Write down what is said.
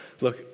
look